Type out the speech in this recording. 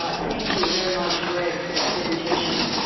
ah thank you very much, gregg, for that presentation.